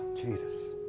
Jesus